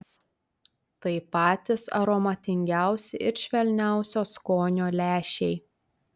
tai patys aromatingiausi ir švelniausio skonio lęšiai